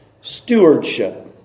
stewardship